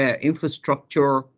infrastructure